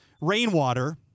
rainwater